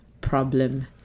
problem